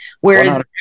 whereas